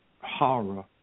horror